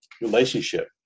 relationship